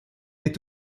est